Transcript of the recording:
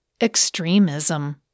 Extremism